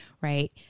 right